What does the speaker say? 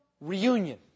reunion